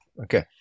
okay